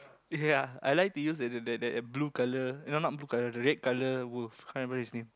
ya I like to use that that that that blue color eh not not blue the red color wolf can't remember his name